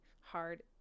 hard